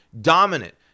Dominant